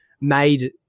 made